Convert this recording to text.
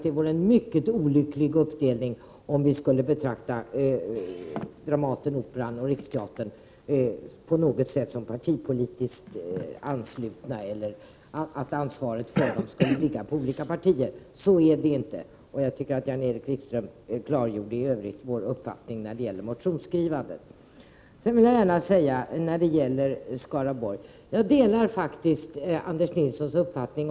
Det vore en mycket olycklig uppdelning om vi skulle betrakta Dramaten, Operan och Riksteatern som på något sätt partipolitiskt anslutna eller att ansvaret för dem skulle ligga på olika partier. Så är det ju inte. Jag tyckte att Jan-Erik Wikström i övrigt klargjorde vår uppfattning i fråga om motionsskrivandet. I fråga om situationen i Skaraborg delar jag faktiskt Anders Nilssons uppfattning.